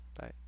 bye